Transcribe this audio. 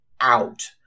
out